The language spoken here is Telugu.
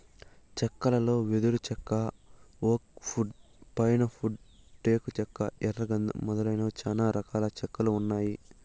చెక్కలలో వెదురు చెక్క, ఓక్ వుడ్, పైన్ వుడ్, టేకు చెక్క, ఎర్ర గందం మొదలైనవి చానా రకాల చెక్కలు ఉన్నాయి